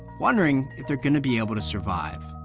wondering if they're going to be able to survive